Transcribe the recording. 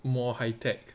more high tech